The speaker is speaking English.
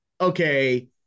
okay